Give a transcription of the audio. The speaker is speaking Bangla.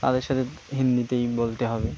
তাদের সাথে হিন্দিতেই বলতে হবে